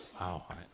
Wow